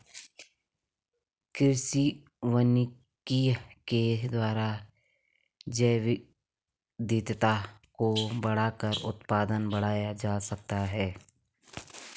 कृषि वानिकी के द्वारा जैवविविधता को बढ़ाकर उत्पादन बढ़ाया जा सकता है